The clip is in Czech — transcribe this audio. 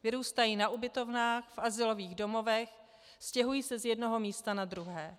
Vyrůstají na ubytovnách, v azylových domovech, stěhují se z jednoho místa na druhé.